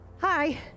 Hi